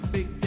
Big